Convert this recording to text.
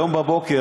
היום בבוקר,